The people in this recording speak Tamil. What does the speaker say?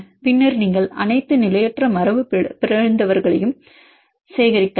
பின்னர் நீங்கள் அனைத்து நிலையற்ற மரபுபிறழ்ந்தவர்களையும் சேகரிக்கலாம்